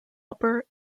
upper